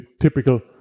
typical